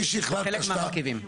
בחלק מהמרכיבים.